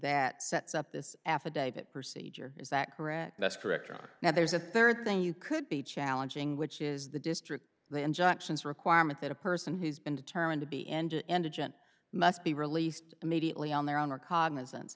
that sets up this affidavit procedure is that correct that's correct john now there's a third thing you could be challenging which is the district the injunctions requirement that a person who's been determined to be end to end a gent must be released immediately on their own recognizance